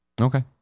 Okay